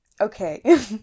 okay